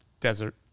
desert